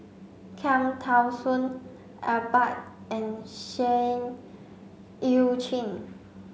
Cham Tao Soon Iqbal and Seah Eu Chin